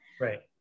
right